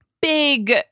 Big